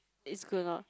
it's good lor